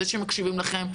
אלה שמקשיבים לכם.